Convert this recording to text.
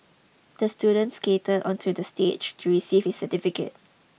the student skated onto the stage to receive his certificate